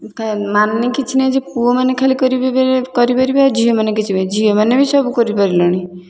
ମାନେ କିଛି ନାହିଁ ଯେ ପୁଅମାନେ ଖାଲି କରିବେ କରିପାରିବେ ଆଉ ଝିଅମାନେ କିଛି ବି ନାଇଁ ଝିଅମାନେ ବି ସବୁ କରି ପାରିଲେଣି